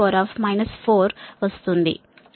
44 10 4 వస్తుంది